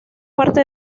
parte